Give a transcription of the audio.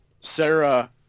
Sarah